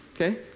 Okay